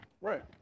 Right